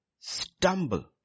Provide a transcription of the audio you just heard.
stumble